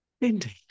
indeed